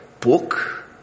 book